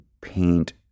paint